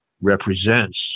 represents